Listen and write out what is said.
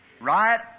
Right